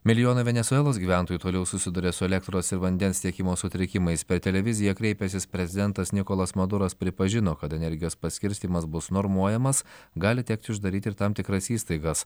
milijonai venesuelos gyventojų toliau susiduria su elektros ir vandens tiekimo sutrikimais per televiziją kreipęsis prezidentas nikolas maduras pripažino kad energijos paskirstymas bus normuojamas gali tekti uždaryti ir tam tikras įstaigas